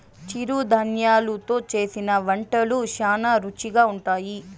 చిరుధాన్యలు తో చేసిన వంటలు శ్యానా రుచిగా ఉంటాయి